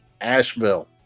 Asheville